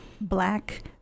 Black